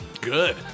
Good